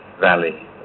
Valley